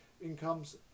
incomes